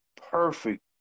perfect